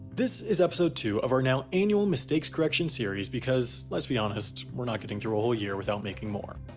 this is episode two of our now annual mistakes correction series because, let's be honest, we're not getting through a whole year without making more.